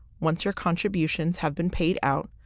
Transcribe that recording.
once your contributions have been paid out,